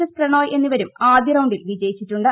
S Prannoy എന്നിവരും ആദ്യ റൌണ്ടിൽ വിജയിച്ചിട്ടുണ്ട്